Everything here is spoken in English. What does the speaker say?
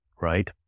right